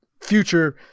future